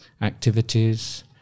activities